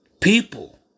people